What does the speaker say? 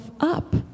up